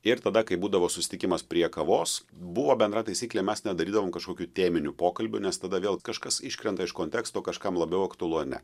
ir tada kai būdavo susitikimas prie kavos buvo bendra taisyklė mes nedarydavom kažkokių teminių pokalbių nes tada vėl kažkas iškrenta iš konteksto kažkam labiau aktualu ne